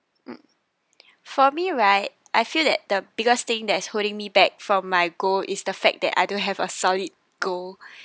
mm for me right I feel that the biggest thing that is holding me back from my goal is the fact that I don't have a solid goal